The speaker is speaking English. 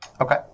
Okay